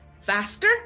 faster